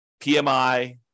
PMI